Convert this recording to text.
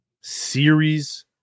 series